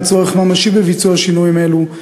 יש צורך ממשי בשינויים האלה,